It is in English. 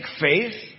faith